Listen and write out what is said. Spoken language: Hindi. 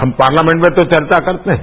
हम पार्लियामेंट में तो चर्चो करते हैं